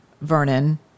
Vernon